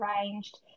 arranged